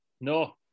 No